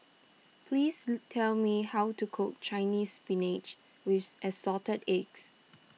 please tell me how to cook Chinese Spinach with Assorted Eggs